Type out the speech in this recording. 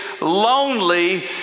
lonely